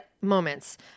moments